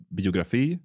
biografi